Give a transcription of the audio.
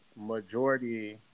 majority